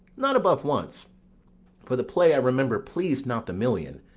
not above once for the play, i remember, pleased not the million,